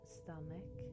stomach